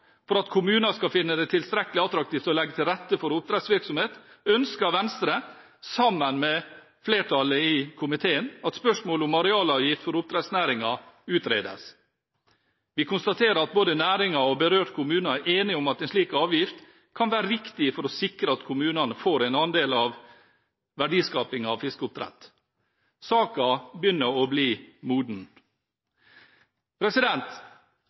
For at kommuner skal finne det tilstrekkelig attraktivt å legge til rette for oppdrettsvirksomhet, ønsker Venstre, sammen med flertallet i komiteen, at spørsmålet om arealavgift for oppdrettsnæringen utredes. Vi konstaterer at både næringen og berørte kommuner er enig i at en slik avgift kan være riktig for å sikre at kommunene får en andel av verdiskapingen av fiskeoppdrett. Saken begynner å bli moden.